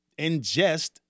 ingest